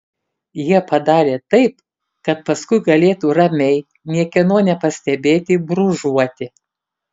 jie padarė taip kad paskui galėtų ramiai niekieno nepastebėti brūžuoti